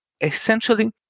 essentially